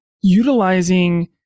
utilizing